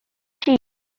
chief